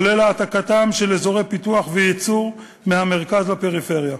כולל העתקתם של אזורי פיתוח וייצור מהמרכז לפריפריה.